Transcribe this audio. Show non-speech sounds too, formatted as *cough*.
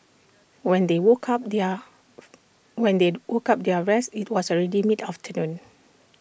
when they woke up their *noise* when they woke up their their rest IT was already mid afternoon